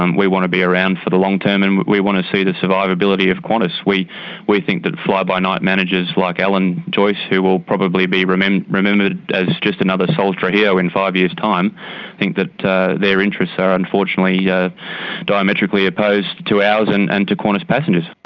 um we want to be around for the long term and we want to see the survivability of qantas. we we think that fly-by-night managers like alan joyce who will probably be remembered remembered as just another sol trujillo in five years time think that their interests are unfortunately yeah diametrically opposed to ours and and to qantas passengers'.